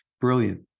Brilliant